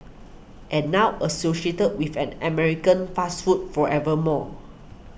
and now associated with an American fast food forever more